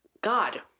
God